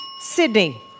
Sydney